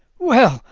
well,